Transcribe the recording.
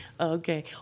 Okay